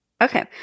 Okay